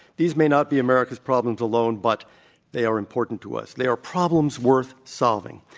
these may not be america's problems alone, but they are important to us. they are problems worth solving.